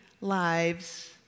lives